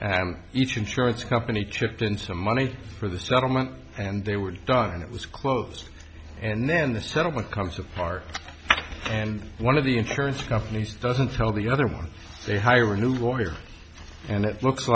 and each insurance company chipped in some money for the settlement and they were done it was close and then the settlement comes apart and one of the insurance companies doesn't tell the other one they hire a new lawyer and it look